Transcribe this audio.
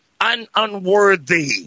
unworthy